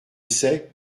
sait